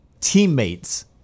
teammates